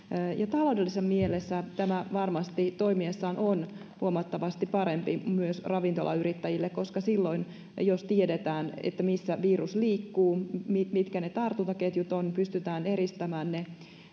taloudellisessa mielessä tämä toimiessaan on varmasti huomattavasti parempi myös ravintolayrittäjille koska silloin jos tiedetään missä virus liikkuu mitkä mitkä ne tartuntaketjut ovat pystytään eristämän ne